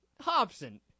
Hobson